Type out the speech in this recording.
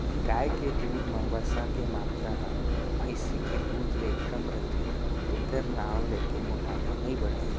गाय के दूद म वसा के मातरा ह भईंसी के दूद ले कम रथे तेकर नांव लेके मोटापा नइ बाढ़य